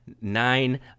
nine